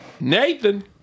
Nathan